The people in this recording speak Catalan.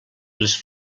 les